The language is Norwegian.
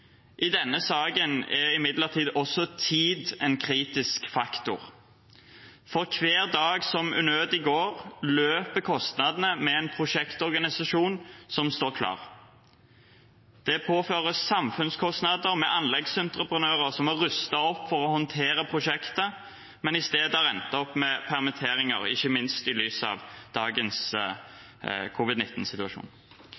I denne saken er imidlertid også tid en kritisk faktor. For hver dag som unødig går, løper kostnadene med en prosjektorganisasjon som står klar. Det påføres samfunnskostnader med anleggsentreprenører som har rustet opp for å håndtere prosjektet, men i stedet har endt med permitteringer, ikke minst i lys av dagens